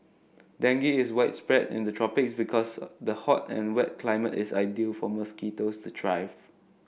dengue is widespread in the tropics because the hot and wet climate is ideal for mosquitoes to thrive